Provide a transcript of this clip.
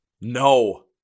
No